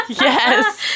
yes